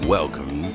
Welcome